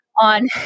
on